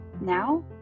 Now